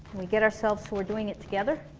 we get ourselves so we're doing it together?